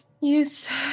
Yes